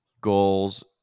goals